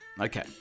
Okay